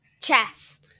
Chess